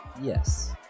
Yes